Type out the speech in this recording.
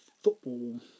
football